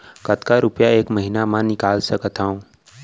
कतका रुपिया एक महीना म निकाल सकथव?